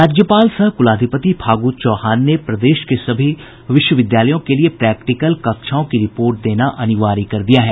राज्यपाल सह कुलाधिपति फागू चौहान ने प्रदेश के सभी विश्वविद्यालयों के लिए प्रैक्टिकल कक्षाओं की रिपोर्ट देना अनिवार्य कर दिया है